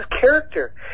character